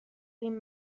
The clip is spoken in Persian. این